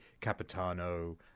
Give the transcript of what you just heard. Capitano